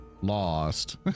Lost